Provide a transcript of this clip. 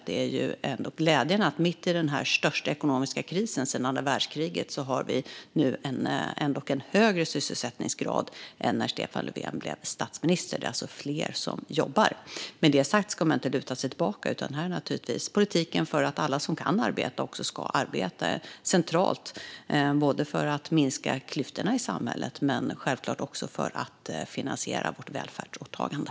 Det är ändå glädjande att vi mitt i den största ekonomiska krisen sedan andra världskriget nu har en högre sysselsättningsgrad än när Stefan Löfven blev statsminister, det vill säga att det är fler som jobbar. Med det sagt ska man inte luta sig tillbaka. En politik för att alla som kan arbeta ska arbeta är central för att minska klyftorna i samhället men självklart också för att finansiera vårt välfärdsåtagande.